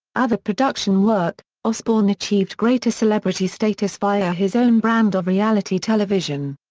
other production work osbourne achieved greater celebrity status via his own brand of reality television.